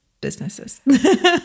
businesses